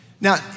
Now